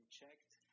checked